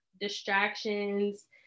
distractions